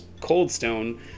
Coldstone